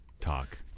talk